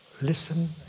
listen